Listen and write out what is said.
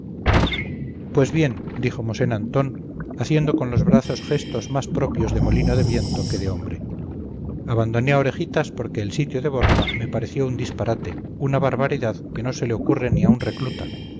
pues bien dijo mosén antón haciendo con los brazos gestos más propios de molino de viento que de hombre abandoné a orejitas porque el sitio de borja me pareció un disparate una barbaridad que no se le ocurre ni a un recluta